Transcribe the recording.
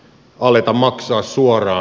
valio maksaa suoraa